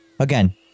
again